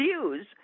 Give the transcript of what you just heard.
views